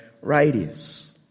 radius